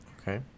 Okay